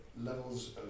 levels